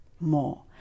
more